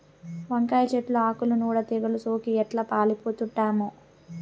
వంకాయ చెట్లు ఆకుల నూడ తెగలు సోకి ఎట్లా పాలిపోతండామో